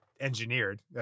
engineered